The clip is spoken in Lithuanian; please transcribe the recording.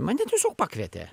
mane tiesiog pakvietė